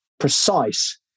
precise